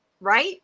right